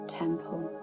temple